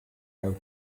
out